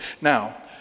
Now